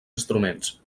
instruments